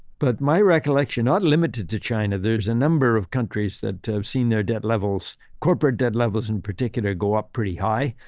but my recollection, not limited to china. there's a number of countries that have seen their debt levels, corporate debt levels in particular go up pretty high.